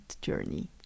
journey